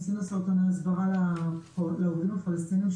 עשינו סרטוני הסברה לעובדים הפלסטינים,